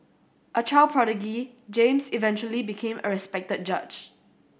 a child prodigy James eventually became a respected judge